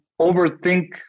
overthink